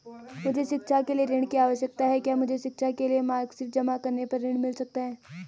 मुझे शिक्षा के लिए ऋण की आवश्यकता है क्या मुझे शिक्षा के लिए मार्कशीट जमा करने पर ऋण मिल सकता है?